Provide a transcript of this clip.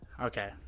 Okay